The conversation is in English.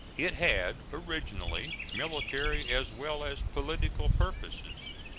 it had originally military as well as political purposes.